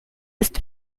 ist